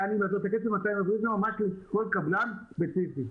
מול קבלן ספציפי.